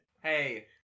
Hey